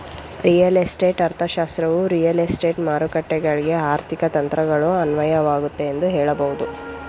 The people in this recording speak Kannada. ರಿಯಲ್ ಎಸ್ಟೇಟ್ ಅರ್ಥಶಾಸ್ತ್ರವು ರಿಯಲ್ ಎಸ್ಟೇಟ್ ಮಾರುಕಟ್ಟೆಗಳ್ಗೆ ಆರ್ಥಿಕ ತಂತ್ರಗಳು ಅನ್ವಯವಾಗುತ್ತೆ ಎಂದು ಹೇಳಬಹುದು